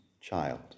child